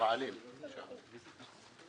שפועלים שם.